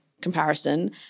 comparison